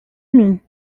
mim